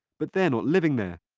but they're not living there,